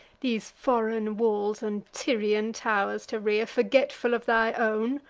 these foreign walls and tyrian tow'rs to rear, forgetful of thy own?